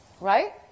Right